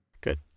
Good